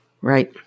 Right